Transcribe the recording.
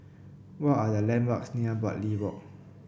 what are the landmarks near Bartley Walk